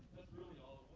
really all